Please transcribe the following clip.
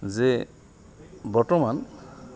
যে বৰ্তমান